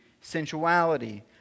sensuality